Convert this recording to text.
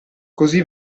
così